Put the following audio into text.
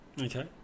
Okay